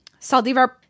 Saldivar